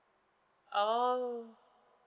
orh